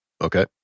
Okay